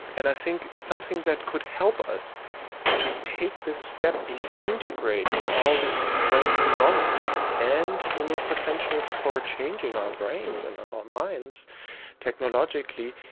and i think something that could help us to take this step in integrating all this brand new knowledge and the new potentials for changing our brains and our minds technologically.